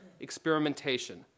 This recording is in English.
experimentation